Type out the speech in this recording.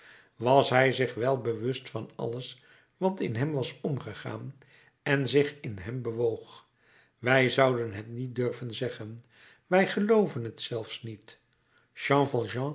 was hij zich wel bewust van alles wat in hem was omgegaan en zich in hem bewoog wij zouden het niet durven zeggen wij gelooven het zelfs niet